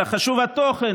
אלא חשוב התוכן